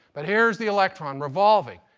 but here's the electron revolving.